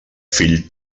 fill